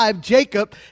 Jacob